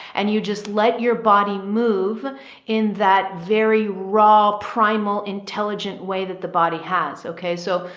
and you just let your body move in that very raw, primal, intelligent way that the body has. okay. so,